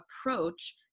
approach